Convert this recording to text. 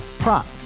Prop